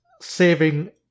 saving